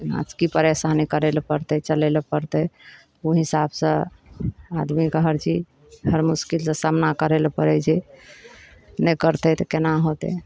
आज की परेशानी करै लए पड़तै चलै लए पड़तै ओ हिसाबसँ आदमीके हर चीज हर मुश्किलके सामना करै लए पड़ै छै नहि करतै तऽ केना होयतै